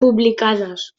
publicades